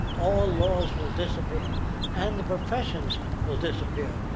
all laws will disappear and the professions will disappear,